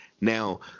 Now